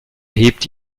hebt